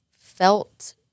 felt